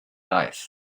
life